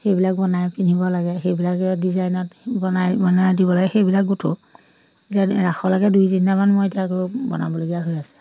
সেইবিলাক বনাই পিন্ধিব লাগে সেইবিলাকে ডিজাইনত বনাই বনাই দিব লাগে সেইবিলাক গুঠো এতিয়া ৰাসলৈকে দুই তিনিটামান মই এতিয়া বনাবলগীয়া হৈ আছে